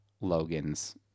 Logan's